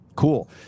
Cool